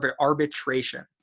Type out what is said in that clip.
arbitration